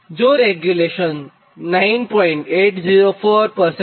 જો રેગ્યુલેશન 9